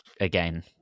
again